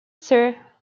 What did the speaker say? sir